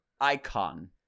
icon